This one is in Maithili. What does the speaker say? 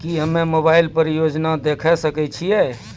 की हम्मे मोबाइल पर योजना देखय सकय छियै?